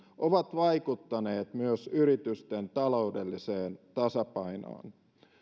ovat vaikuttaneet myös yritysten taloudelliseen tasapainoon